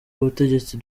ubutegetsi